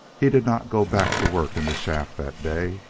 he did not go back to work in the shaft that day,